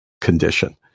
condition